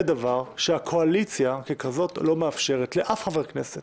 זה דבר שהקואליציה לא מאפשרת לאף חבר כנסת